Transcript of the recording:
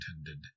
intended